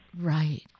Right